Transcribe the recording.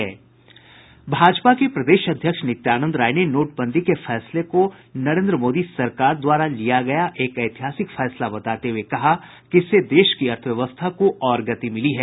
भाजपा के प्रदेश अध्यक्ष नित्यानंद राय ने नोटबंदी के फैसले को नरेन्द्र मोदी सरकार द्वारा लिया गया एक ऐतिहासिक फैसला बताते हये कहा कि इससे देश की अर्थव्यवस्था को और गति मिली है